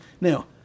Now